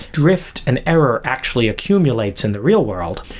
drift and error actually accumulates in the real world,